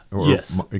yes